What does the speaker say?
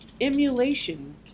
emulation